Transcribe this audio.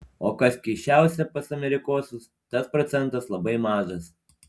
o kas keisčiausia pas amerikosus tas procentas labai mažas